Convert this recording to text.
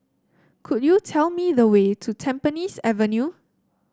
could you tell me the way to Tampines Avenue